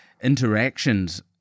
interactions